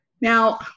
Now